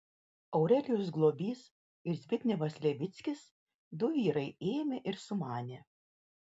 aurelijus globys ir zbignevas levickis du vyrai ėmė ir sumanė